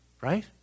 right